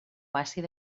àcida